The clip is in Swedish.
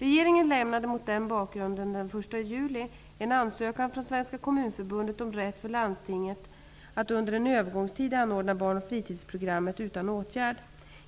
Regeringen lämnade mot denna bakgrund den 1 juli en ansökan från Svenska kommunförbundet om rätt för landstingen att under en övergångstid anordna Barn och fritidsprogrammet utan åtgärd.